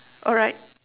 alright